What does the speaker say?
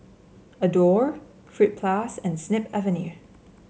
Adore Fruit Plus and Snip Avenue